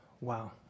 Wow